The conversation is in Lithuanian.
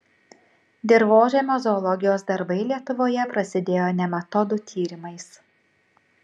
dirvožemio zoologijos darbai lietuvoje prasidėjo nematodų tyrimais